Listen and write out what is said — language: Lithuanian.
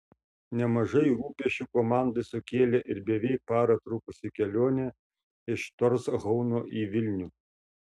nemažai rūpesčių komandai sukėlė ir beveik parą trukusi kelionė iš torshauno į vilnių